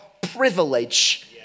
privilege